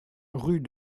rue